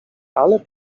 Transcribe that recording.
ale